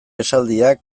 esaldiak